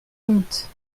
monte